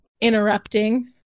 interrupting